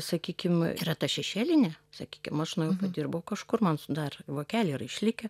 sakykim yra ta šešėlinė sakykim aš nu dirbu kažkur man dar vokeliai yra išlikę